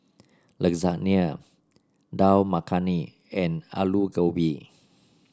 Lasagna Dal Makhani and Alu Gobi